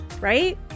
right